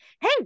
hey